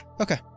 Okay